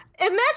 Imagine